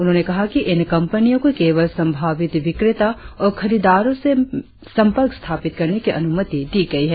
उन्होंने कहा कि इन कंपनियों को केवल सम्भावित विक्रेता और खरीददारों में संपर्क स्थापित करने की अनुमति दी गई है